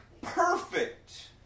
perfect